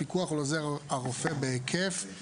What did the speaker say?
בפסקה זו,